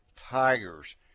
Tigers